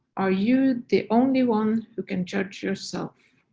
are you the only one who can judge yourself.